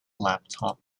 laptop